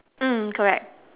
mm correct